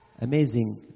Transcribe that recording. Amazing